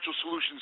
solutions